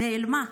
נעלמה,